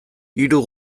hiru